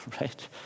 right